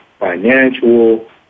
financial